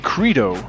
Credo